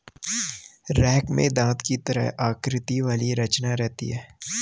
rake में दाँत की तरह आकृति वाली रचना रहती है